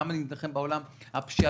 כמה נילחם בעולם הפשיעה,